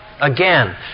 Again